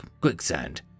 quicksand